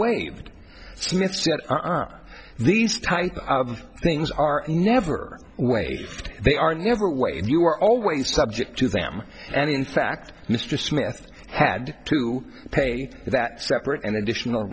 are these type of things are never waived they are never weighed you are always subject to them and in fact mr smith had to pay that separate and additional